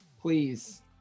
Please